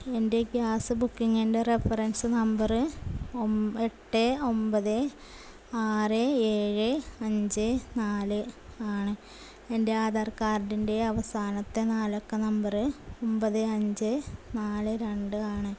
എൻ്റെ ഗ്യാസ് ബുക്കിങ്ങിൻ്റെ reference number O എട്ട് ഒൻപത് ആറ് ഏഴ് അഞ്ച് നാല് ആണ് എൻ്റെ ആധാർ കാർഡിൻ്റെ അവസാനത്തെ നാല് അക്കം നമ്പറ് ഒൻപത് അഞ്ച് നാല് രണ്ട് ആണ്